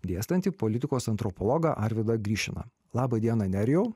dėstantį politikos antropologą arvydą gryšiną laba diena nerijau